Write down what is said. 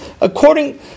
according